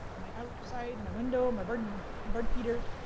my outside, my window, my bird bird feeder,